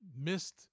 missed